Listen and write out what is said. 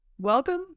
Welcome